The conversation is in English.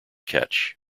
catch